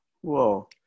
Whoa